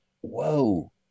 whoa